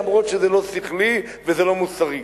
גם אם זה לא שכלי ולא מוסרי.